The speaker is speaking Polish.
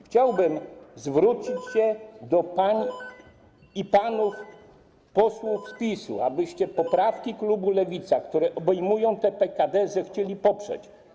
Chciałbym zwrócić się do pań i panów posłów z PiS-u, abyście poprawki klubu Lewica, które obejmują te PKD, zechcieli poprzeć.